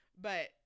But-